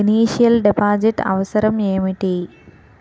Initial deposit అవసరం ఏమిటి?